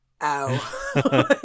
Ow